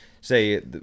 say